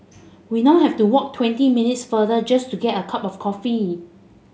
we now have to walk twenty minutes further just to get a cup of coffee